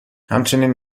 همچنین